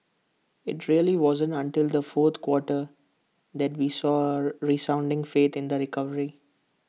IT really wasn't until the fourth quarter that we saw A resounding faith in the recovery